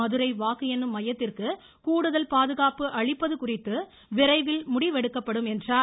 மதுரை வாக்கு எண்ணும் மையத்திற்கு கூடுதல் பாதுகாப்பு அளிப்பது குறித்து விரைவில் முடிவெடுக்கப்படும் என்றார்